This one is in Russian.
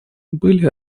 были